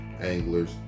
anglers